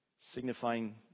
signifying